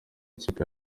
ikipe